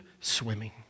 swimming